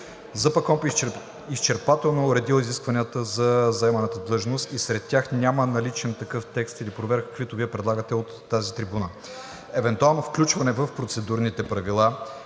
ЗПКОНПИ изчерпателно е уредил изискванията за заеманата длъжност и сред тях няма наличен такъв текст или проверка, каквито Вие предлагате от тази трибуна. Евентуално включване в процедурните правила